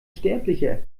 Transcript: sterblicher